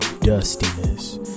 dustiness